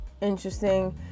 interesting